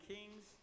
Kings